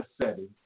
setting